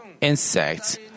insects